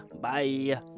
Bye